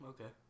Okay